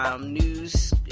news